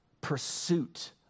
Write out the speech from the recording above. pursuit